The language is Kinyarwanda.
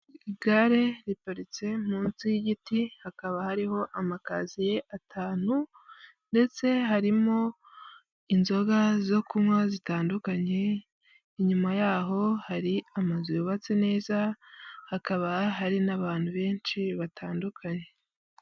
Igare riparitse munsi y'igiti hakaba hariho amakaziye atanu ndetse harimo inzoga zo kunywa zitandukanye, inyuma y'aho hari amazu yubatse neza, hakaba hari n'abantu benshi batandukanye.